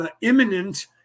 imminent